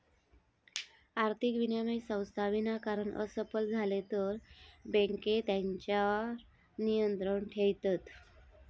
आर्थिक विनिमय संस्था विनाकारण असफल झाले तर बँके तेच्यार नियंत्रण ठेयतत